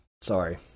Sorry